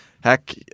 heck